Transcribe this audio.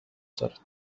دارد